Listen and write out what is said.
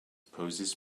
poses